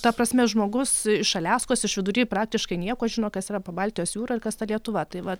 ta prasme žmogus iš aliaskos iš vidury praktiškai nieko žino kas yra baltijos jūra ir kas ta lietuva taip va